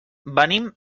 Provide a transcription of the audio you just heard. venim